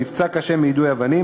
נפצע קשה מיידוי אבנים,